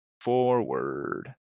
forward